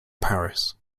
paris